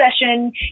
session